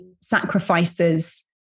sacrifices